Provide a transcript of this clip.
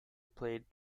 played